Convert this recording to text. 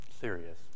serious